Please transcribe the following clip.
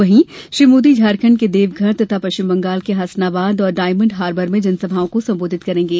वहीं श्री मोदी झारखंड के देवघर तथा पश्चिम बंगाल के हसनाबाद और डायमंड हार्बर में जनसभाओं को संबोधित करेंगे